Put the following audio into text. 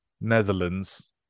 Netherlands